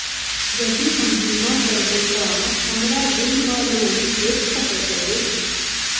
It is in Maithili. यदि हम बीमा करबै तऽ हमरा ऋण वा लोन भेट सकैत अछि?